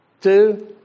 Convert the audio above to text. Two